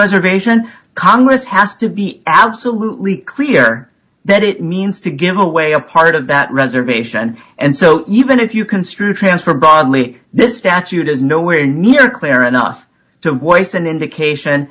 reservation congress has to be absolutely clear that it means to give away a part of that reservation and so even if you construe transfer broadly this statute is nowhere near clear enough to voice an indication